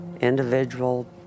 individual